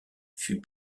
fut